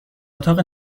اتاق